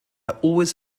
always